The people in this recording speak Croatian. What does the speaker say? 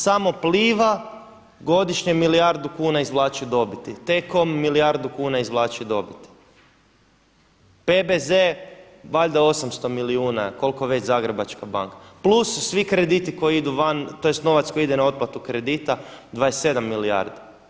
Samo PLIVA godišnje milijardu kuna izvlači dobiti, T-com milijardu izvlači dobiti, PBZ valjda 800 milijuna ili koliko već Zagrebačka banka plus svi krediti koji idu van, tj. novac koji ide na otplatu kredita 27 milijardi.